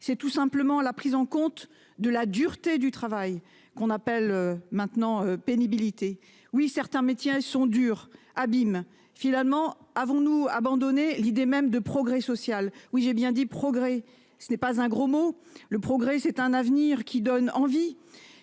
C'est tout simplement la prise en compte de la dureté du travail, ce que l'on appelle maintenant pénibilité. Oui, certains métiers sont durs, abîment. Finalement, avons-nous abandonné l'idée même de progrès social ? Oui, j'ai bien dit progrès, ce n'est pas un gros mot : le progrès, c'est un avenir qui donne envie.